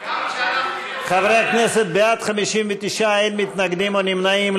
חברי הכנסת, בעד, 59, אין מתנגדים או נמנעים.